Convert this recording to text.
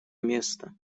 место